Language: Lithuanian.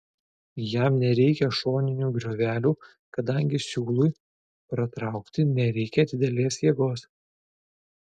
jam nereikia šoninių griovelių kadangi siūlui pratraukti nereikia didelės jėgos